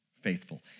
faithful